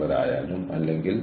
വ്യത്യസ്ത മോഡലുകൾ ഉണ്ട്